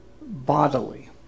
bodily